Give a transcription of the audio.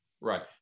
Right